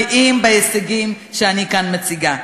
גאים בהישגים שאני מציגה כאן.